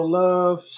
love